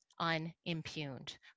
unimpugned